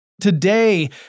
Today